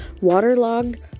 Waterlogged